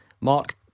Mark